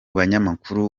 banyamakuru